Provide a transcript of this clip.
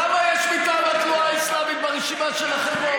כמה מועמדות יש מטעם התנועה האסלאמית ברשימה שלכם?